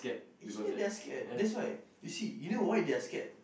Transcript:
actually they're scared that's why you see you know why they're scared